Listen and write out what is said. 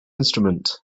instrument